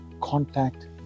contact